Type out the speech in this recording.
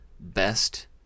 Best